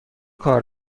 کار